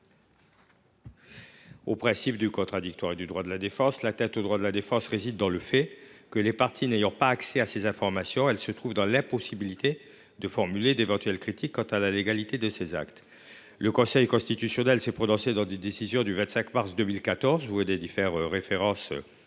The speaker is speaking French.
au principe du contradictoire et aux droits de la défense. L’atteinte aux droits de la défense réside dans le fait que, les parties n’ayant pas accès à ces informations, elles se trouvent dans l’impossibilité de formuler d’éventuelles critiques quant à la légalité de ces actes. Le Conseil constitutionnel s’est prononcé, dans une décision du 25 mars 2014 – citée à l’instant par le